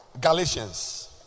Galatians